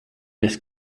his